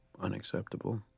unacceptable